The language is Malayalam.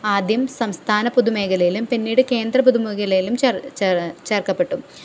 ആദ്യം സംസ്ഥാന പൊതുമേഖലയിലും പിന്നീട് കേന്ദ്ര പൊതുമേഖലയിലും ചേർക്കപ്പെട്ടു